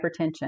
hypertension